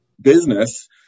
business